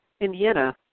Indiana